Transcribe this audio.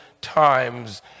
times